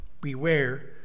beware